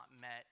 met